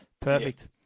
Perfect